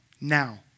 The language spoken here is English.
Now